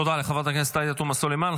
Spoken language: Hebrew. תודה לחברת הכנסת עאידה תומא סלימאן.